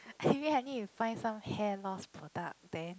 maybe I need to find some hair loss product then